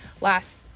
last